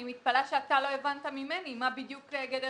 אני מתפלאת שאתה לא הבנת ממני מה בדיוק גדר ההסכמה בינינו.